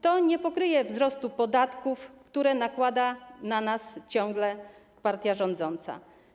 To nie pokryje wzrostu podatków, które nakłada na nas ciągle partia rządząca.